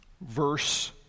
verse